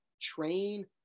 train